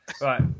right